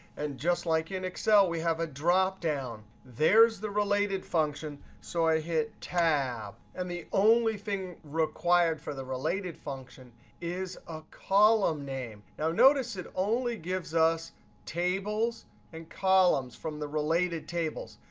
and just like in excel, we have a dropdown. there's the related function, so i hit tab. and the only thing required for the related function is a column name. now, notice it only gives us tables and columns from the related tables.